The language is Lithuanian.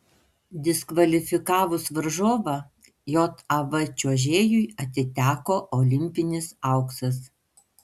diskvalifikavus varžovą jav čiuožėjui atiteko olimpinis auksas